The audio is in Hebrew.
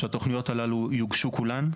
שהתוכניות הללו יוגשו כולן.